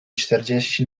czterdzieści